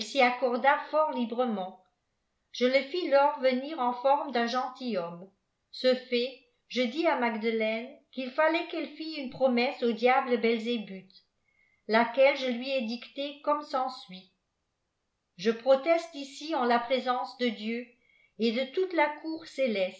accorda fort librement je le fis lors venir en forme d'un gentilhomme ce fait je dis à magdelaine qu'il fallait qu'elle fît une promesse au diable belzébuth laquelle je lui ai dictée comme s'ensuit a je proteste ici en la présence de dieu et de toute la cour